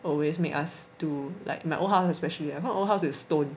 always make us to like my old house especially you know my old house is stone